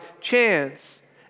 chance